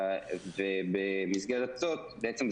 בעצם,